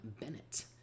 Bennett